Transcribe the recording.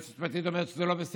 היועצת המשפטית אומרת שזה לא בסדר,